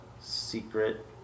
secret